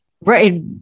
right